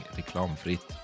reklamfritt